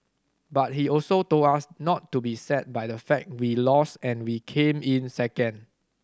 but he also told us not to be sad by the fact we lost and we came in second